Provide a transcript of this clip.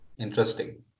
interesting